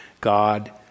God